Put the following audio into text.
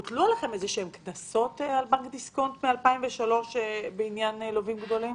הוטלו איזה שהם קנסות על בנק דיסקונט מ-2003 בעניין לווים גדולים?